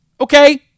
Okay